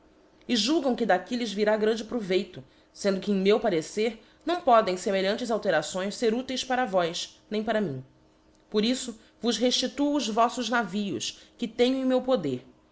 selymbria jtilgam que diqui lhes irá grande proveito fendo qn em meu parecer não podem femelhantes alterações vateis para vós nem para mim por iíto vos reftituo voffos navios que tenho em meu poder